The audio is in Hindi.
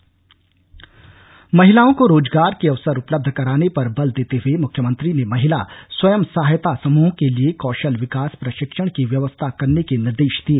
बैठक जारी महिलाओं को रोजगार के अवसर उपलब्ध कराने पर बल देते हुए मुख्यमत्री ने महिला स्वयं सहायता समूहों के लिए कौशल विकास प्रशिक्षण की व्यवस्था करने के निर्देश दिए